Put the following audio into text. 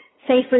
safer